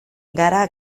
gara